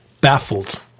baffled